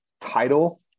title